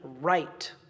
right